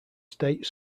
state